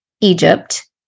Egypt